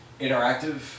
interactive